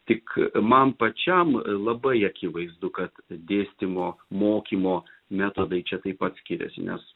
tik man pačiam labai akivaizdu kad dėstymo mokymo metodai čia taip pat skiriasi nes